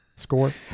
Score